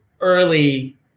early